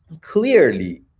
clearly